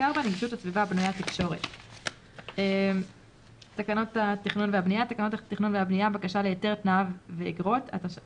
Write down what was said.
כהגדרתה בתקנות ערכות מגן, "שירותי סיעוד" כהגדרתם